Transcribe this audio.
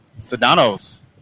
Sedano's